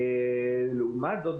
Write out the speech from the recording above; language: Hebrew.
לעומת זאת,